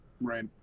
Right